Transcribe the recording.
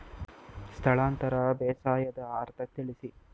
ಸ್ಥಳಾಂತರ ಬೇಸಾಯದ ಅರ್ಥ ತಿಳಿಸಿ?